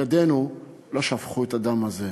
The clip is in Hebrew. ידינו לא שפכו את הדם הזה.